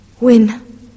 win